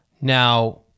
Now